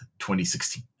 2016